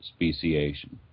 speciation